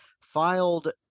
filed